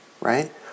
Right